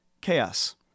chaos